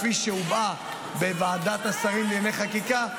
כפי שהובעה בוועדת השרים לענייני חקיקה,